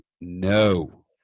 no